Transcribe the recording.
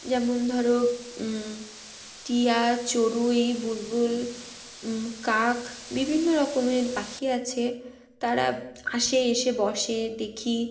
যেমন ধরো টিয়া চড়ুই বুলবুল কাক বিভিন্ন রকমের পাখি আছে তারা আসে এসে বসে দেখি